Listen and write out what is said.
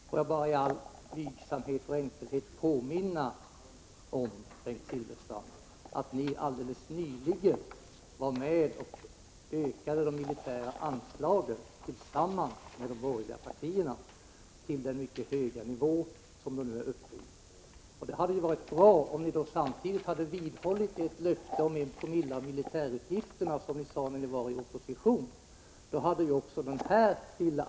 Får jag bara i all blygsamhet och enkelhet påminna om, Bengt Silfverstrand, att ni alldeles nyligen var med om att öka de militära anslagen tillsammans med de borgerliga partierna till den mycket höga nivå som de nu är uppe i. Det hade varit bra om ni hade vidhållit ert löfte från er oppositionstid om att 1 Zoo av militärutgifterna skulle gå till det vi nu diskuterar. Då hade detta anslag ökat litet.